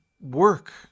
work